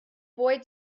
boy